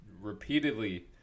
repeatedly